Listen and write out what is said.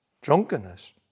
drunkenness